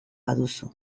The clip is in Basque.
baduzu